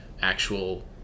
actual